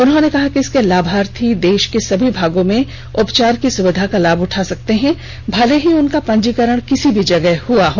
उन्होंने कहा कि इसके लामार्थी देश के सभी भागों में उपचार की सुविधा का लाभ उठा सकते हैं भले ही उनका पंजीकरण किसी भी जगह हुआ हो